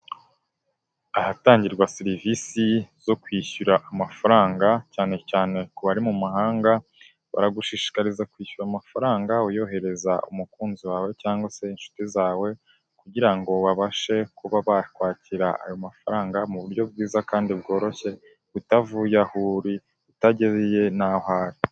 Ahatangirwa serivisi zo kwishyura amafaranga cyane cyane ku bari mu mahanga, baragushishikariza kwishyura amafaranga uyohereza umukunzi wawe cyangwa se inshuti zawe kugira ngo babashe kuba bakwakira ayo mafaranga mu buryo bwiza kandi bworoshye utavuye aho uri, utagiye naho ari.